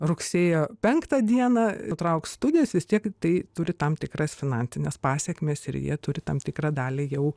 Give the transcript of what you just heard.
rugsėjo penktą dieną nutrauks studijas vis tiek tai turi tam tikras finansines pasekmes ir jie turi tam tikrą dalį jau